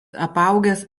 apaugęs